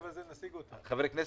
התחיל ביו"ר ועדת מדע